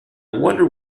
wonder